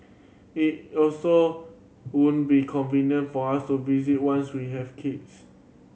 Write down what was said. it also won't be convenient for us to visit once we have kids